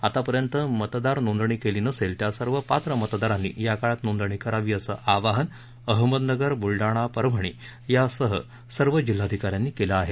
आतापर्यंत मतदार नोंदणी केली नसेल त्या सर्व पात्र मतदारांनी या काळात नोंदणी करावी असं आवाहन अहमदनगर ब्लडाणा परभणी यासह सर्व जिल्हाधिका यांनी केलं आहे